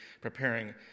preparing